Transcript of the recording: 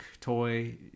toy